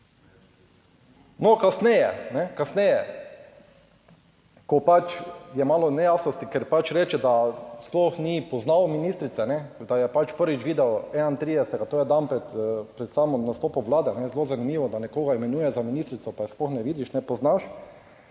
No, kasneje, ko pač je malo nejasnosti, ker pač reče, da sploh ni poznal ministrice, ne da je pač prvič videl, 31. to je dan pred, pred samim nastopom Vlade zelo zanimivo, da nekoga imenuje za ministrico, pa je sploh ne vidiš, ne poznaš.